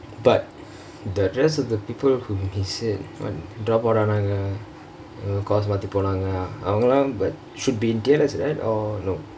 but the rest of the people whom he said dropout ஆனாங்க:aaanaangkka uh course மாத்தி போனாங்க அவங்கல்லாம்:maathi ponnangkka avangkkalaam but should be in T_L_S right or no